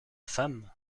femme